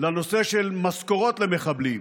לנושא של משכורות למחבלים,